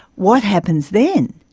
what happens then?